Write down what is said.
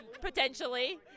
potentially